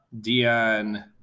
Dion